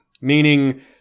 Meaning